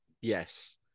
yes